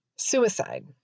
Suicide